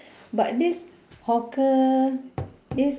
but this hawker this